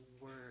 word